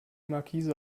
markise